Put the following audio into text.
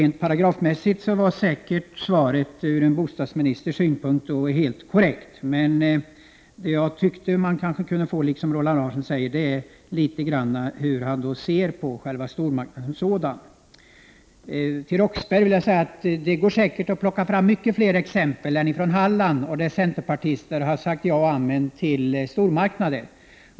Rent paragrafmässigt var svaret säkerligen helt korrekt ur en bostadsministers synpunkt, men jag tycker liksom Roland Larsson att vi kanske också borde få höra något om hur bostadsministern ser på stormarknaderna som sådana. Till Roxbergh vill jag säga att det säkerligen går att plocka fram många fler exempel från andra håll än från Halland på att centerpartister har sagt ja och amen till stormarknader.